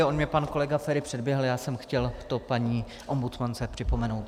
On mě pan kolega Feri předběhl, já jsem to chtěl paní ombudsmance připomenout.